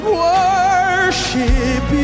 worship